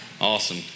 Awesome